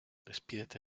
despídete